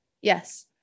Yes